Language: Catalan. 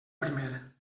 primer